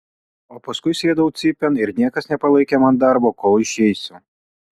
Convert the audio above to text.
o paskui sėdau cypėn ir niekas nepalaikė man darbo kol išeisiu